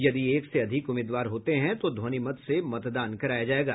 यदि एक से अधिक उम्मीदवार होते हैं तो ध्वनिमत से मतदान कराया जायेगा